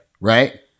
Right